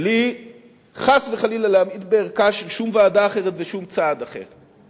בלי חס וחלילה להמעיט בערכה של שום ועדה אחרת ושום צעד אחר,